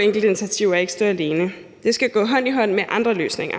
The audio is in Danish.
enkelte initiativer ikke stå alene. Det skal gå hånd i hånd med andre løsninger.